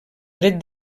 dret